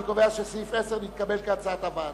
אני קובע שסעיף 10 התקבל כהצעת הוועדה.